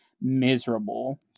miserable